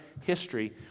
history